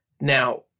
Now